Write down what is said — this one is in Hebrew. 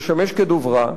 משמש כדוברה,